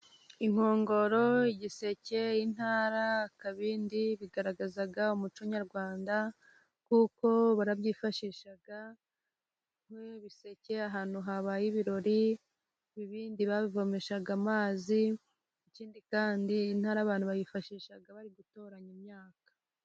Inkongoro, igiseke, intara, akabindi, bigaragaza umuco nyarwanda kuko barabyifashisha, nk'ibisekeye ahantu habaye ibirori, ibibindi babivomeshaga amazi, ikindi kandi intara abantu bayifashisha bari gutoranya imyaka.